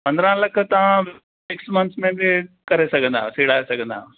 पंद्रहं लख तव्हां six months में बि करे सघंदा आहियो सीड़ाए सघंदा आहियो